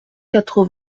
quatre